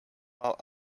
while